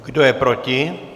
Kdo je proti?